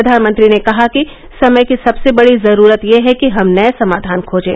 प्रधानमंत्री ने कहा कि समय की सबसे बड़ी जरूरत यह है कि हम नये समाधान खोजें